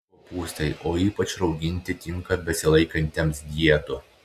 kopūstai o ypač rauginti tinka besilaikantiems dietų